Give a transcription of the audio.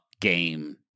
game